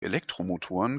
elektromotoren